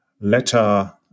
letter